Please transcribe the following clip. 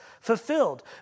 fulfilled